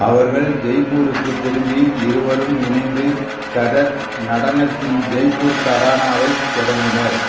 அவர்கள் ஜெய்ப்பூருக்கு திரும்பி இருவரும் இணைந்து கதக் நடனத்தின் ஜெய்ப்பூர் கரானாவைத் தொடங்கினர்